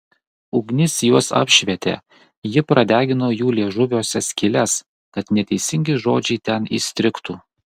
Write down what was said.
ugnis juos apšvietė ji pradegino jų liežuviuose skyles kad neteisingi žodžiai ten įstrigtų